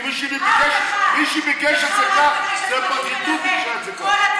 מי שביקש את זה כך, זה הפרקליטות ביקשה את זה כך.